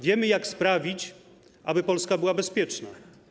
Wiemy, jak sprawić, aby Polska była bezpieczna.